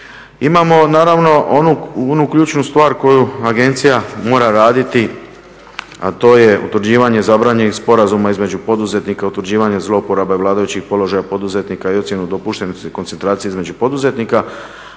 Imamo naravno onu ključnu stvar koju agencija mora raditi a to je utvrđivanje zabranjenih sporazuma između poduzetnika i utvrđivanje zlouporabe vladajućih položaja poduzetnika i ocjenu dopuštenosti koncentracije između poduzetnika,